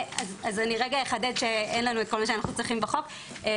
אז אני רגע אחדד שאין לנו את כל מה שאנחנו צריכים בחוק מאחר